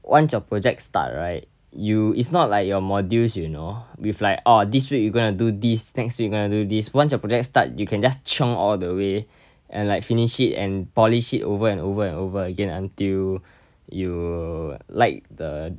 once your project start right you it's not like your modules you know with like oh this week you gonna do this next week you gonna do this once your project start you can just chiong all the way and like finish it and polish it over and over and over again until you like the